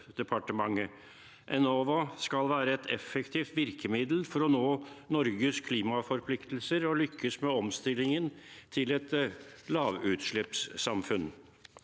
Enova skal være et effektivt virkemiddel for å nå Norges klimaforpliktelser og for å lykkes med omstillingen til et lavutslippssamfunn.